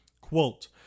Quote